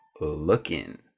looking